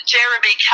Jeremy